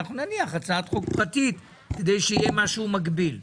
אנחנו נניח הצעת חוק פרטית כדי שיהיה משהו מקביל.